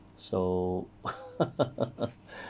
so